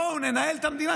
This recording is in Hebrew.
בוא ננהל את המדינה.